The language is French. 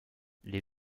les